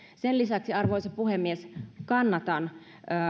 sen lisäksi arvoisa puhemies kannatan